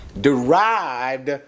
derived